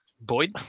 Boyd